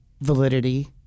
validity